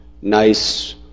nice